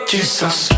Jesus